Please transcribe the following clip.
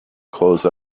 close